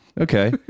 okay